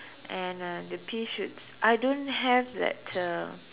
and uh the pea shoots I don't have that uh